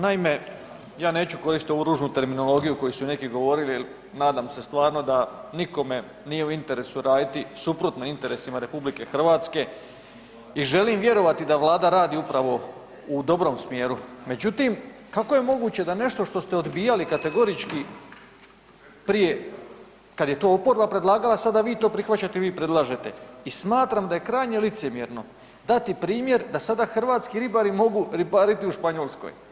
Naime, ja neću koristiti ovu ružnu terminologiju koju su neki govorili, nadam se stvarno da nikome nije u interesu raditi suprotno interesima RH i želim vjerovati da Vlada radi upravo u dobrom smjeru, međutim, kako je moguće da nešto što ste odbijali kategorički prije, kad je to oporba predlagala, sada vi to prihvaćate, vi predlažete i smatram da je krajnje licemjerno dati primjer da sada hrvatski ribari mogu ribariti u Španjolskoj.